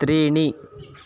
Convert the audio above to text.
त्रीणि